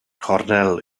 cornel